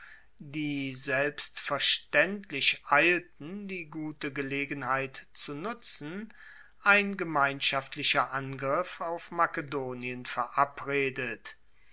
die selbstverstaendlich eilten die gute gelegenheit zu nutzen ein gemeinschaftlicher angriff auf makedonien verabredet